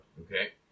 Okay